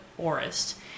forest